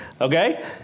Okay